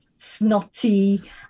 snotty